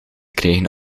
krijgen